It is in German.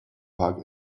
park